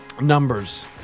Numbers